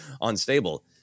unstable